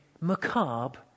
macabre